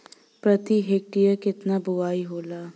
प्रति हेक्टेयर केतना बुआई होला?